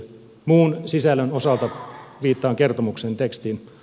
muun sisällön osalta viittaan kertomuksen tekstiin